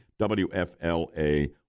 WFLA